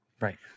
Right